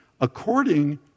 according